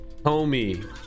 homie